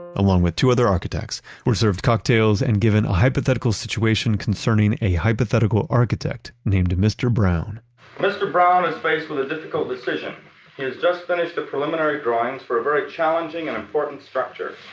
along with two other architects, were served cocktails and given a hypothetical situation concerning a hypothetical architect named mr. brown mr. brown is faced with a difficult decision. he has just finished the preliminary drawings for a very challenging and important structure.